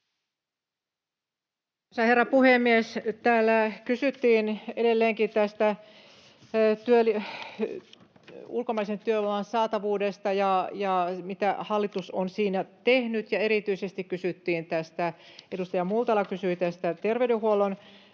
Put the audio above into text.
herra puhemies! Täällä kysyttiin edelleenkin tästä ulkomaisen työvoiman saatavuudesta ja siitä, mitä hallitus on siinä tehnyt. Erityisesti edustaja Multala kysyi terveydenhuollon